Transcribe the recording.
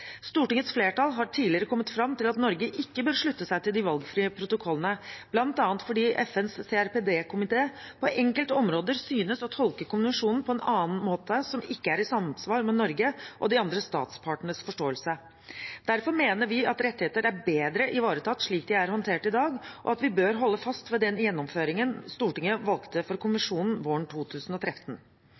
Stortingets flertall har tidligere kommet fram til at Norge ikke bør slutte seg til de valgfrie protokollene, bl.a. fordi FNs CRPD-komité på enkelte områder synes å tolke konvensjonen på en måte som ikke er i samsvar med Norges og de andre statspartenes forståelse. Derfor mener vi at rettigheter er bedre ivaretatt slik de er håndtert i dag, og at vi bør holde fast ved den gjennomføringen Stortinget valgte for konvensjonen våren 2013.